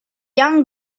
young